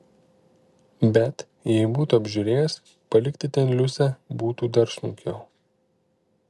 bet jei būtų apžiūrėjęs palikti ten liusę būtų dar sunkiau